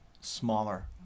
smaller